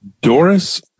Doris